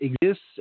exists